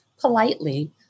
politely